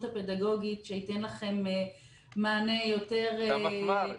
הפדגוגית שייתן לכם מענה יותר מבוסס ממני -- את המפמ"ר.